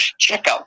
checkout